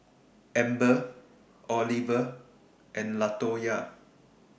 Amber Oliver and Latoya